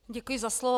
Děkuji za slovo.